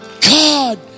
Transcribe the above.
God